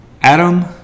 Adam